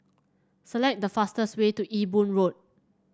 select the fastest way to Ewe Boon Road